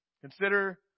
Consider